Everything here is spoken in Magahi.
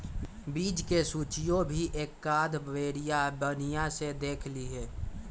बीज के सूचियो भी एकाद बेरिया बनिहा से देख लीहे